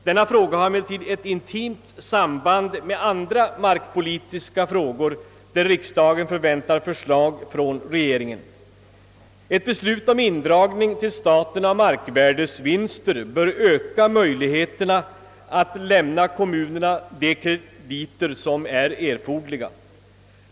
Denna fråga har emellertid ett intimt samband med andra markpolitiska frågor,i vilka riksdagen förväntar förslag från regeringen. Ett beslut om indragning till staten av markvärdesvinster bör öka möjligheterna att lämna kommunerna de krediter som är erforderliga.